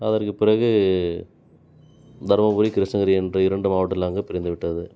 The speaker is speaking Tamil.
அதற்கு பிறகு தர்மபுரி கிருஷ்ணகிரி என்ற இரண்டு மாவட்டங்களாக பிரிந்துவிட்டது